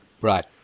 Right